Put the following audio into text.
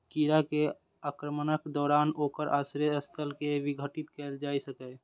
कीड़ा के आक्रमणक दौरान ओकर आश्रय स्थल कें विघटित कैल जा सकैए